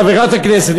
חברת הכנסת,